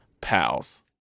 pals